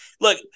Look